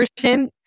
version